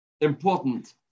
important